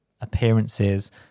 appearances